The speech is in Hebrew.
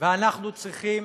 ואנחנו צריכים